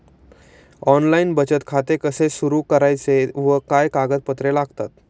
Online बचत खाते कसे सुरू करायचे व काय कागदपत्रे लागतात?